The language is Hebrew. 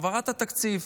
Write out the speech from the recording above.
העברת התקציב.